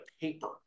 paper